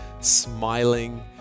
smiling